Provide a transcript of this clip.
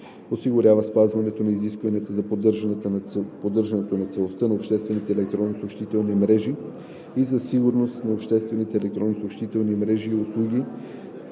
осигурява спазването на изискванията за поддържане на целостта на обществените електронни съобщителни мрежи и за сигурност на обществените електронни съобщителни мрежи и услуги